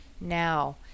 now